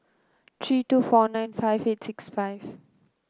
three two four nine five eight six five